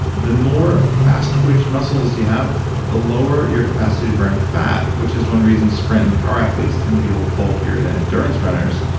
the more fast-twitch muscles you have, the lower your capacity to burn fat, which is one reason sprint and power athletes tend to be a little bulkier than endurance runners.